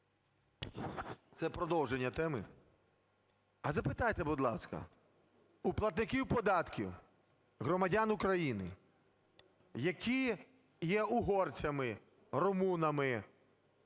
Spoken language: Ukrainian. Це продовження теми. А запитайте, будь ласка, у платників податків - громадян України, які є угорцями, румунами,